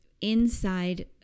inside